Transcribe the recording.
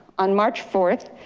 on march fourth,